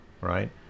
right